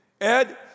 Ed